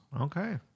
Okay